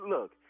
Look